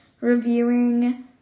reviewing